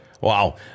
Wow